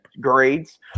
grades